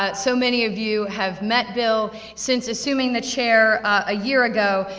ah so many of you have met bill. since assuming the chair, a year ago,